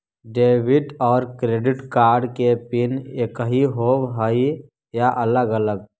Debit और credit card के PIN एकही होव हइ या अलग अलग?